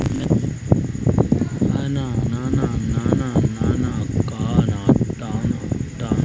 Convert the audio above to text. मैंने मैनेजर से अपने खाता को सैलरी खाता में बदलने के लिए कहा